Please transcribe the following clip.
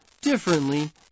differently